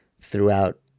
throughout